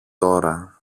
τώρα